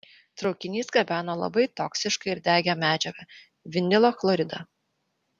traukinys gabeno labai toksišką ir degią medžiagą vinilo chloridą